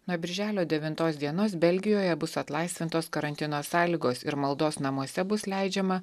nuo birželio devintos dienos belgijoje bus atlaisvintos karantino sąlygos ir maldos namuose bus leidžiama